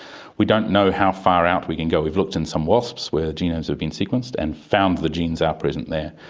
we don't know how far out we can go. we've looked in some wasps where the genomes have been sequenced and found the genes are present there.